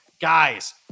Guys